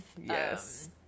yes